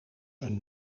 een